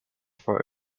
for